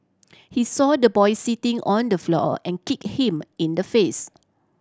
he saw the boy sitting on the floor and kicked him in the face